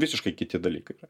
visiškai kiti dalykai yra